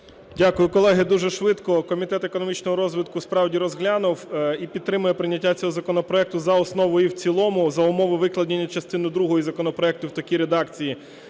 Дякую. Колеги, дуже швидко. Комітет економічного розвитку справді розглянув і підтримує прийняття цього законопроекту за основу і в цілому за умови викладення частини другої законопроекту в такій редакції: